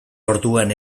orduan